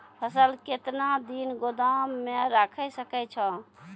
फसल केतना दिन गोदाम मे राखै सकै छौ?